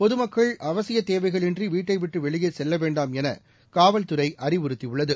பொதுமக்கள்இ அவசியத் தேவைகளின்றி வீட்டைவிட்டு வெளியே செல்ல வேண்டாம் என காவல்துறை அறிவுறுத்தியுள்ளது